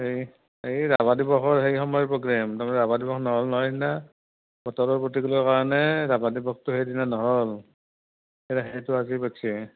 এই এই ৰাভা দিৱসৰ সেই সময়ৰ প্ৰগ্ৰেম তাৰমানে ৰাভা দিৱস নহ'ল নহয় সেইদিনা বতৰৰ প্ৰতিকূলৰ কাৰণে ৰাভা দিৱসটো সেইদিনা নহ'ল তে সেইটো আজি পাতিছে